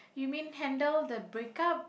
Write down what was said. you mean handle the break up